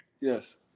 Yes